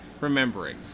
remembering